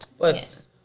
Yes